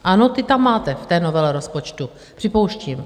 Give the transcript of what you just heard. Ano, ty tam máte v té novele rozpočtu, připouštím.